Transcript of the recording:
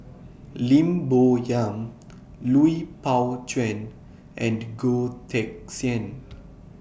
Lim Bo Yam Lui Pao Chuen and Goh Teck Sian